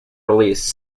release